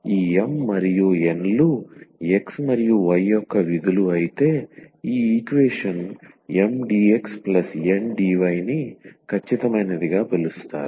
ఈ M మరియు N లు x మరియు y యొక్క విధులు అయితే ఈ ఈక్వేషన్ Mdx Ndy ని ఖచ్చితమైనదిగా పిలుస్తారు